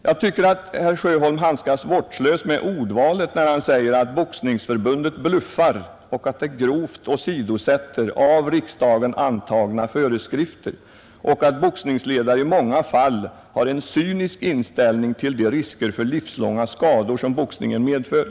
Jag tycker att herr Sjöholm är vårdslös med ordvalet när han säger att Svenska boxningsförbundet bluffar och att det grovt åsidosätter av riksdagen lämnade föreskrifter samt att boxningsledare i många fall har en cynisk inställning till de risker för livslånga skador som boxningen medför.